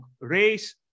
race